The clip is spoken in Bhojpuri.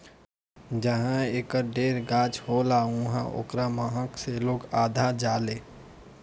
जहाँ एकर ढेर गाछ होला उहाँ ओकरा महक से लोग अघा जालें